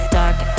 dark